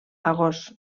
agost